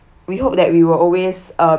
we hope that we will always uh be